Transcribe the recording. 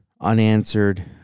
unanswered